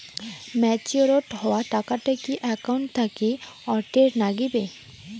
Matured হওয়া টাকাটা কি একাউন্ট থাকি অটের নাগিবে?